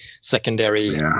secondary